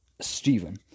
Stephen